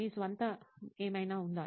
మీ స్వంతం ఏమైనా ఉందా